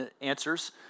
Answers